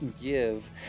give